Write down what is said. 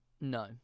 No